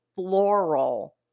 floral